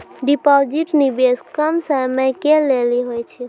Deposit निवेश कम समय के लेली होय छै?